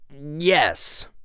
Yes